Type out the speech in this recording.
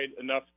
enough